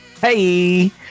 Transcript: Hey